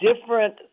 different